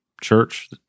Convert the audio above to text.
Church